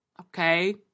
okay